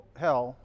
hell